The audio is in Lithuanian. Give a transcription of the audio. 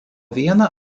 vieną